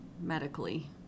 medically